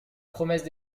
promesse